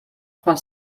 qual